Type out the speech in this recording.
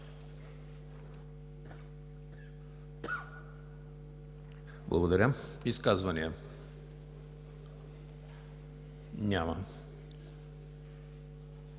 Благодаря. Изказвания? Няма.